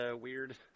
weird